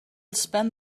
spend